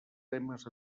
temes